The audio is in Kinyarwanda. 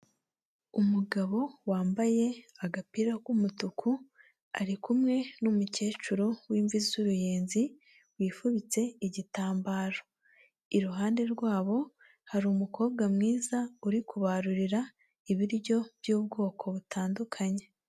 Umugabo wambaye agapira k'umutuku ari kumwe n'umukecuru w'imvi z'uruyenzi wifubitse igitambaro, iruhande rwabo hari umukobwa mwiza uri kubarurira ibiryo by'ubwoko butandukanye.